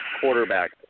quarterback